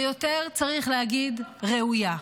ויותר, צריך להגיד, ראויה.